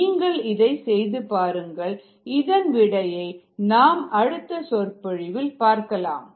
நீங்கள் இதை செய்து பாருங்கள் இதன் விடையை நாம் அடுத்த சொற்பொழிவில் பார்க்கலாம்